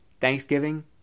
Thanksgiving